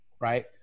right